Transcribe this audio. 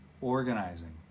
organizing